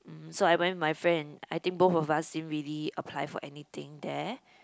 mm so I went with my friend and I think both of us didn't really apply for anything there